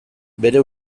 bere